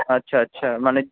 আচ্ছা আচ্ছা মানে